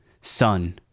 son